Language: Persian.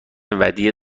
ودیعه